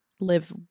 live